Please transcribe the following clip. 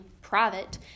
private